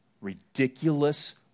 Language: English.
ridiculous